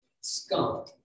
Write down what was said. scum